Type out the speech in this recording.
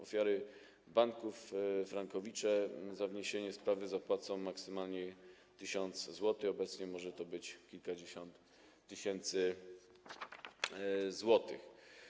Ofiary banków, frankowicze za wniesienie sprawy zapłacą maksymalnie 1 tys. zł, a obecnie może to być kilkadziesiąt tysięcy złotych.